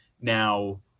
now